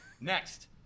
Next